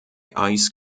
ice